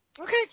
Okay